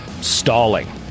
Stalling